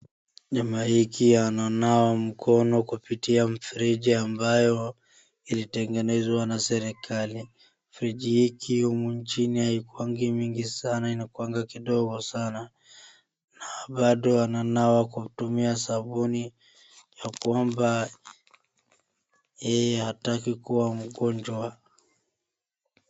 Jamaa hiki ananawa mkono kupitia mfereji ambayo ilitengenezwa na serikali. Mfereji hiki humu nchini haikuwangi mingi sana inakuwanga kidogo sana, na bado ananawa kwa kutumia sabuni ya kwamba yeye hataki kuwa mgonjwa.